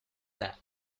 that